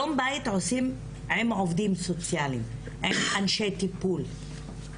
שלום בית עושים עם עובדים סוציאליים, אנשי טיפול.